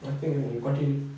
nothing you continue